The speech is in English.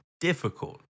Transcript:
difficult